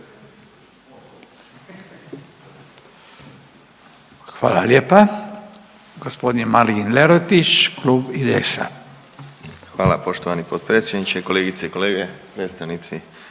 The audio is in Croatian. Hvala lijepa. Gospodin Marin Lerotić, Klub IDS-a. **Lerotić, Marin (IDS)** Hvala poštovani potpredsjedniče. Kolegice i kolege, predstavnici